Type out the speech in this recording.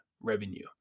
revenue